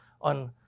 on